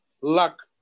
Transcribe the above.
luck